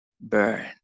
burn